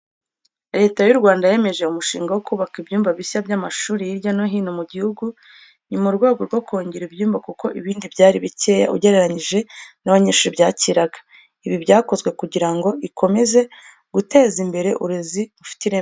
Leta y'u Rwanda yemeje umushinga wo kubaka ibyumba bishya by'amashuri hirya no hino mu gihugu. Ni mu rwego rwo kongera ibyumba kuko ibindi byari bikeya ugereranyije n'abanyeshuri byakiraga. Ibi byakozwe kugira ngo ikomeze guteza imbere uburezi bufite ireme.